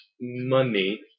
money